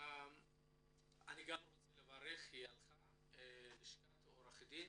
אני רוצה לברך את לשכת עורכי הדין